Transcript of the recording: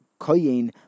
koyin